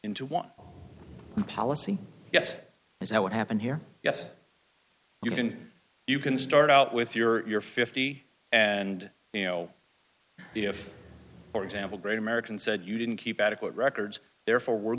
one policy yes it is how it happened here yes you can you can start out with your fifty and you know if for example great american said you didn't keep adequate records therefore we're